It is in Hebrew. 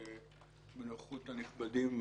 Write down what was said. בנוכחות הנכבדים,